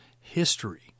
history